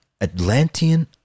Atlantean